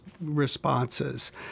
responses